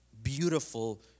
beautiful